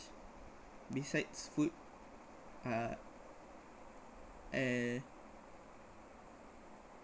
besides food uh eh